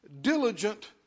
diligent